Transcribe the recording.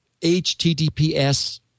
HTTPS